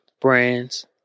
Brands